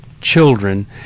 children